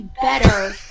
better